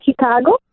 Chicago